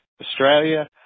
Australia